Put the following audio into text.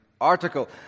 article